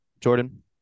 Jordan